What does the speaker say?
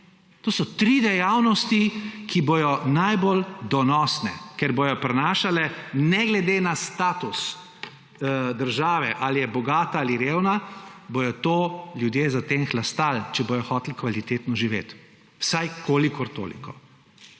To so tri dejavnosti, ki bojo najbolj donosne, ker bojo prinašale, ne glede na status države, ali je bogata ali revna, bojo ljudje za tem hlastali, če bojo hoteli kvalitetno živeti – vsaj kolikor toliko.